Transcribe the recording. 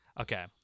Okay